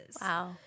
Wow